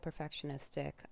perfectionistic